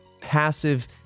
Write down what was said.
passive